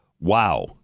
Wow